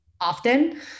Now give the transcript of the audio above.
often